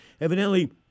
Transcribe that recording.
Evidently